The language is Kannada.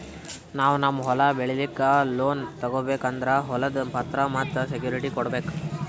ನಾವ್ ನಮ್ ಹೊಲ ಬೆಳಿಲಿಕ್ಕ್ ಲೋನ್ ತಗೋಬೇಕ್ ಅಂದ್ರ ಹೊಲದ್ ಪತ್ರ ಮತ್ತ್ ಸೆಕ್ಯೂರಿಟಿ ಕೊಡ್ಬೇಕ್